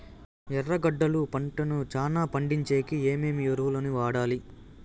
ఎర్రగడ్డలు పంటను చానా పండించేకి ఏమేమి ఎరువులని వాడాలి?